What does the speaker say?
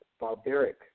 Barbaric